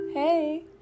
Hey